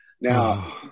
Now